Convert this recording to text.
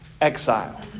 exile